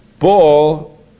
ball